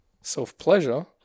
self-pleasure